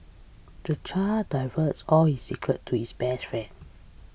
the child divulged all his secrets to his best friend